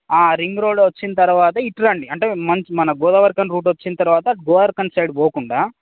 ring road వచ్చిన తర్వాత ఇటు రండి అంటే మన్ మన గోదావరిఖని రూటు వచ్చిన తర్వాత గోదావరిఖని సైడ్ పోకుండా